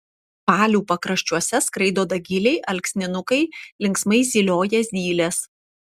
palių pakraščiuose skraido dagiliai alksninukai linksmai zylioja zylės